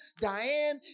Diane